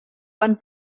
van